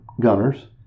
gunners